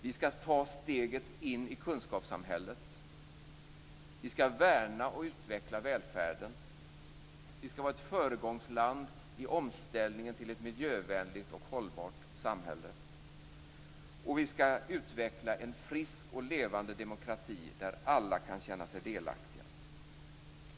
Vi skall ta steget in i kunskapssamhället. Vi skall värna och utveckla välfärden. Vi skall vara ett föregångsland i omställningen till ett miljövänligt och hållbart samhälle. Och vi skall utveckla en frisk och levande demokrati där alla kan känna sig delaktiga.